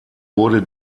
wurde